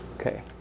Okay